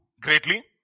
greatly